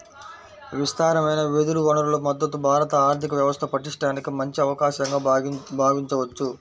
విస్తారమైన వెదురు వనరుల మద్ధతు భారత ఆర్థిక వ్యవస్థ పటిష్టానికి మంచి అవకాశంగా భావించవచ్చు